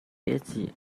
catchy